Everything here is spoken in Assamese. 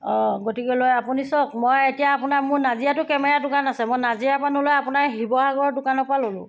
অঁ গতিকেলৈ আপুনি চাওক মই এতিয়া আপোনাৰ মোৰ নাজিৰাটো কেমেৰা দোকান আছে মই নাজিৰাৰ পৰা নলৈ আপোনাৰ শিৱসাগৰ দোকানৰ পৰা ললোঁ